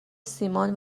سیمان